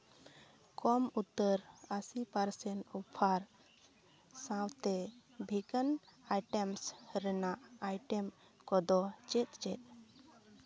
ᱠᱚᱢ ᱩᱛᱟᱹᱨ ᱟᱹᱥᱤ percent offer ᱥᱟᱶᱛᱮ ᱵᱷᱮᱜᱟᱱ ᱟᱭᱴᱮᱢᱥ ᱨᱮᱱᱟᱜ ᱟᱭᱴᱮᱢ ᱠᱚᱫᱚ ᱪᱮᱫ ᱪᱮᱫ